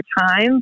time